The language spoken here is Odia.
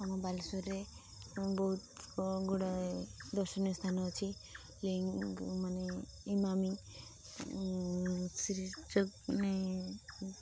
ଆମ ବାଲେଶ୍ୱରରେ ବହୁତ ଗୁଡ଼ାଏ ଦର୍ଶନୀୟ ସ୍ଥାନ ଅଛି ମାନେ ଇମାମି ଶ୍ରୀ ମାନେ